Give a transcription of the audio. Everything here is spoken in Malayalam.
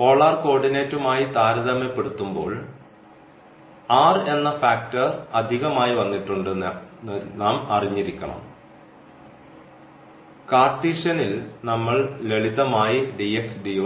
പോളാർ കോർഡിനേറ്റുമായി താരതമ്യപ്പെടുത്തുമ്പോൾ r എന്ന ഫാക്ടർ അധികമായി വന്നിട്ടുണ്ടെന്ന് നാം അറിഞ്ഞിരിക്കണം കാർട്ടീഷ്യൻൽ നമ്മൾ ലളിതമായി dxdy